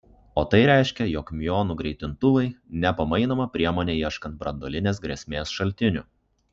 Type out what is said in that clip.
o tai reiškia jog miuonų greitintuvai nepamainoma priemonė ieškant branduolinės grėsmės šaltinių